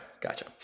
gotcha